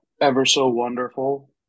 ever-so-wonderful